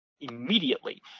immediately